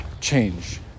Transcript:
change